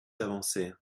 avancer